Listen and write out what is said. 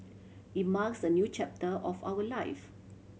it marks a new chapter of our life